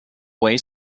way